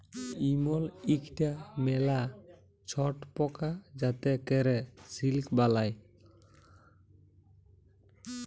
ইমল ইকটা ম্যালা ছট পকা যাতে ক্যরে সিল্ক বালাই